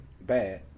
bad